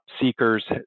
seekers